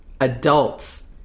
adults